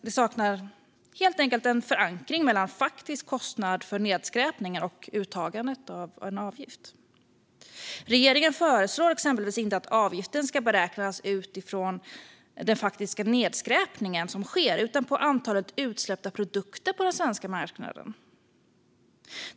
Det saknas helt enkelt en koppling mellan faktisk kostnad för nedskräpningen och den uttagna avgiften. Regeringen föreslår exempelvis inte att avgiften ska beräknas utifrån den faktiska nedskräpning som sker utan på antalet utsläppta produkter på den svenska marknaden.